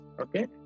okay